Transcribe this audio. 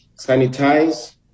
sanitize